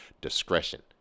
discretion